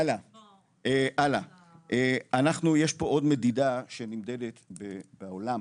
אנחנו יש פה עוד מדידה שנמדדת בעולם,